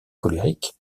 colérique